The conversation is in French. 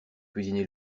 cuisiné